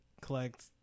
collect